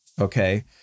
Okay